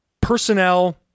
personnel